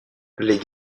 les